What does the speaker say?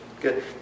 Good